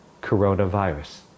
coronavirus